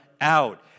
out